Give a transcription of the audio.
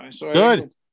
Good